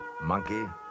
monkey